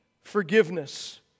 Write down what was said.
forgiveness